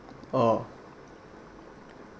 oh